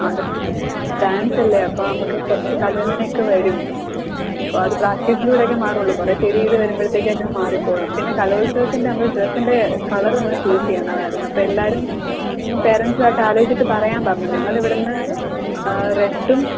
അത് ഡാൻസ് അല്ലേ അപ്പം നമുക്ക് കുറച്ച് കാല് വേദന ഒക്കെ വരും അപ്പം അത് പ്രാക്ടിസിലൂടെ ഒക്കെ മാറുള്ളൂ കുറേ ചെയ്ത് ചെയ്ത് വരുമ്പോഴത്തേക്ക് ഒക്കെ മാറിക്കോളും പിന്നെ കലോത്സവത്തിന് നമ്മൾ ഡ്രസ്സിൻ്റെ കളർ ഒന്ന് ചൂസ് ചെയ്യണമായിരുന്നു അപ്പം എല്ലാവരും പാരൻറ്സും ആയിട്ട് ആലോചിച്ചിട്ട് പറയാൻ പറഞ്ഞു ഞങ്ങൾ ഇവിടുന്ന് റെഡും